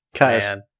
man